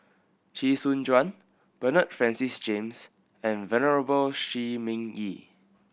Chee Soon Juan Bernard Francis James and Venerable Shi Ming Yi